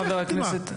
חבר הכנסת.